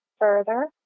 further